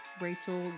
Rachel